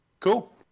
Cool